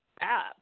app